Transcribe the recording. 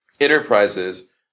enterprises